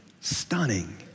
stunning